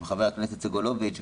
וח"כ סגלוביץ,